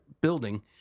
building